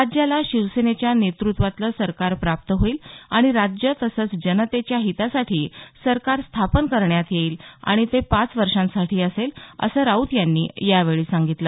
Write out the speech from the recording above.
राज्याला शिवसेनेच्या नेतृत्वातील सरकार प्राप्त होईल आणि राज्य आणि जनतेच्या हितासाठी सरकार स्थापन करण्यात येईल आणि ते पाच वर्षांसाठी असेल असं राऊत यांनी यावेळी सांगितलं